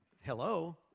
Hello